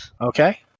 Okay